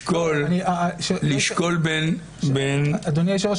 לשקול --- אדוני היושב-ראש,